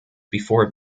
before